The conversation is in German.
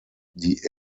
die